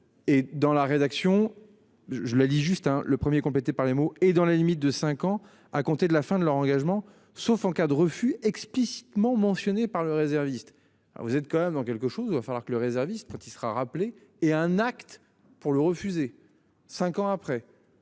Et dans la rédaction, je la lis juste le 1er complété par les mots et dans la limite de 5 ans à compter de la fin de leur engagement, sauf en cas de refus explicitement mentionnée par le réserviste. Alors vous êtes quand même en quelque chose, il va falloir que le réserviste quand il sera rappelé et un acte pour le refuser. 5 ans après.